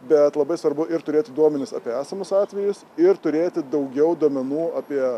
bet labai svarbu ir turėti duomenis apie esamus atvejus ir turėti daugiau duomenų apie